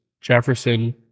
Jefferson